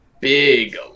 big